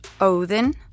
Odin